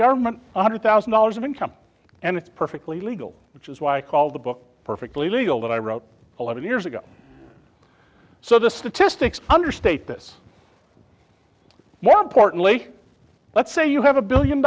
government one hundred thousand dollars of income and it's perfectly legal which is why i call the book perfectly legal that i wrote a lot of years ago so the statistics understate this one partly let's say you have a billion